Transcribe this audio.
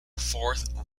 fourth